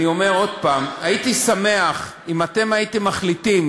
אני אומר עוד פעם: הייתי שמח אם אתם הייתם מחליטים,